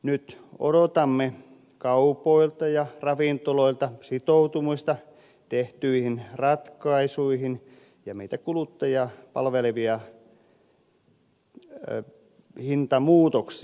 nyt odotamme kaupoilta ja ravintoloilta sitoutumista tehtyihin ratkaisuihin ja meitä kuluttajia palvelevia hintamuutoksia